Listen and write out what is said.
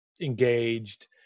engaged